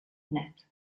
net